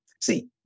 See